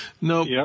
No